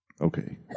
Okay